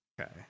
Okay